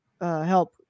HELP